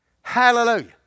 Hallelujah